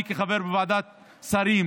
אני כחבר בוועדת השרים